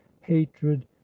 hatred